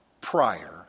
prior